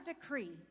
decree